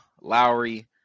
Lowry